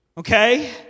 Okay